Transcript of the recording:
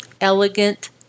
Elegant